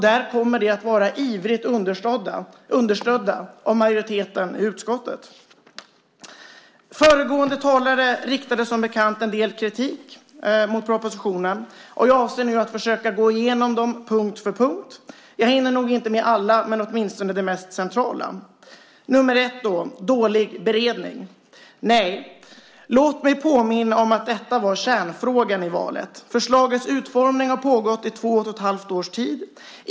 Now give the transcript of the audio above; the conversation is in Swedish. Där kommer den att vara ivrigt understödd av majoriteten i utskottet. Föregående talare riktade som bekant en del kritik mot propositionen. Jag avser nu att försöka att gå igenom den punkt för punkt. Jag hinner nog inte med alla, men åtminstone det mest centrala. 1. Dålig beredning. Nej, låt mig påminna om att detta var kärnfrågan i valet. Förslagets utformning har pågått i två och ett halvt års tid.